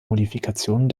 modifikationen